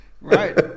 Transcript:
Right